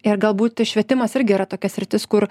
ir galbūt švietimas irgi yra tokia sritis kur